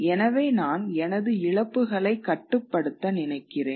எனவே நான் எனது இழப்புகளை கட்டுப்படுத்த நினைக்கிறேன்